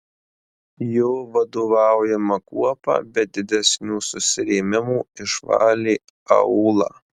jo vadovaujama kuopa be didesnių susirėmimų išvalė aūlą